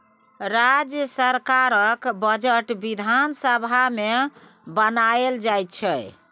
राज्य सरकारक बजट बिधान सभा मे बनाएल जाइ छै